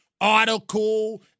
article